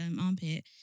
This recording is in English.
armpit